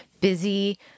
busy